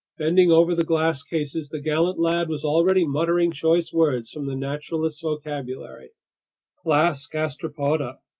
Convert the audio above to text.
bending over the glass cases, the gallant lad was already muttering choice words from the naturalist's vocabulary class gastropoda,